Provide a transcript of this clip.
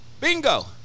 Bingo